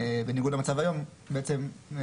לעומת